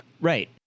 Right